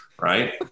right